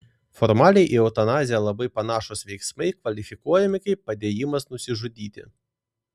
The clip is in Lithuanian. formaliai į eutanaziją labai panašūs veiksmai kvalifikuojami kaip padėjimas nusižudyti